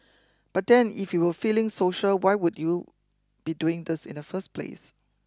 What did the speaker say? but then if you were feeling social why would you be doing this in the first place